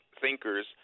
thinkers